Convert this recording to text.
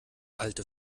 alte